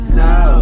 no